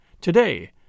Today